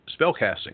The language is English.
spellcasting